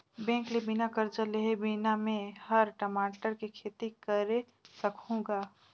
bank ले बिना करजा लेहे बिना में हर टमाटर के खेती करे सकहुँ गा